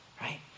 right